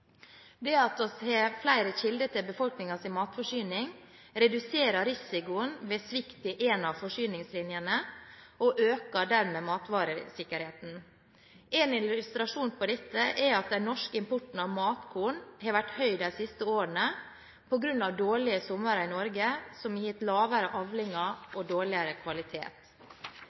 Det at vi har flere kilder til befolkningens matforsyning, reduserer risiko ved svikt i en av forsyningslinjene og øker dermed matvaresikkerheten. En illustrasjon på dette er at den norske importen av matkorn har vært høy de siste årene – på grunn av dårlige sommere i Norge som har gitt lavere avlinger og dårligere kvalitet.